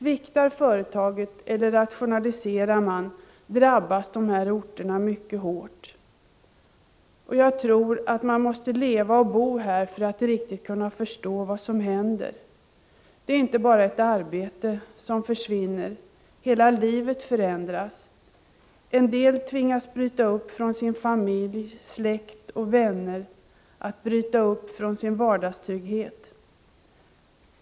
Om företaget sviktar eller om man rationaliserar, drabbas dessa orter mycket hårt. Jag tror att man måste leva och bo där för att riktigt kunna förstå vad som händer. Det är inte bara ett arbete som försvinner, utan hela livet förändras. En del tvingas bryta upp från sin familj, från släkt och vänner — de tvingas bryta upp från sin vardagstrygghet.